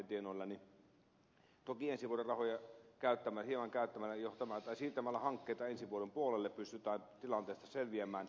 toki ensi vuoden rahoja hieman käyttämällä jo tai siirtämällä hankkeita ensi vuoden puolelle pystytään tilanteesta selviämään